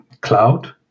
cloud